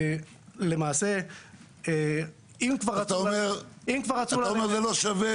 למעשה אם כבר --- אתה אומר זה לא שווה,